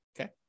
okay